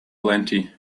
plenty